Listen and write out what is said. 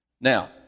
Now